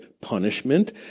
punishment